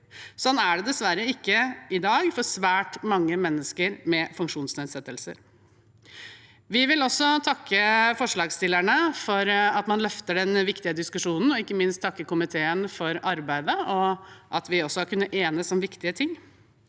Sånn er det dessverre ikke i dag for svært mange mennesker med funksjonsnedsettelser. Vi vil også takke forslagsstillerne for at man løfter denne viktige diskusjonen, og ikke minst takke komiteen for arbeidet og at vi kunne enes om viktige ting.